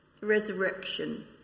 resurrection